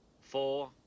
four